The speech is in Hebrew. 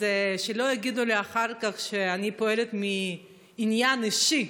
אז שלא יגידו לי אחר כך שאני פועלת מעניין אישי,